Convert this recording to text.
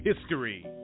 history